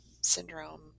syndrome